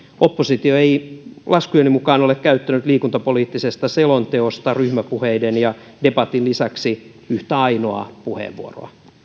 oppositio ei laskujeni mukaan ole käyttänyt liikuntapoliittisesta selonteosta ryhmäpuheiden ja debatin lisäksi yhtä ainoaa puheenvuoroa